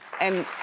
and